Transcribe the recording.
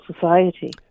society